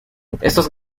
estos